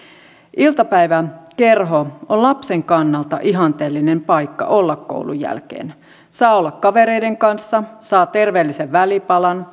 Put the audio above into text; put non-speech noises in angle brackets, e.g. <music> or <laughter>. iltapäiväkerho on lapsen kannalta ihanteellinen paikka olla koulun jälkeen saa olla kavereiden kanssa saa terveellisen välipalan <unintelligible>